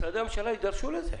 ומשרדי הממשלה יידרשו לזה.